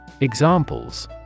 Examples